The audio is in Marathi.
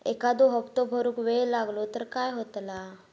एखादो हप्तो भरुक वेळ लागलो तर काय होतला?